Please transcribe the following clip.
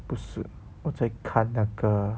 不是我在看那个